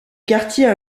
quartier